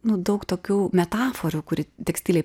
nu daug tokių metaforų kuri tekstilei